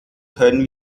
können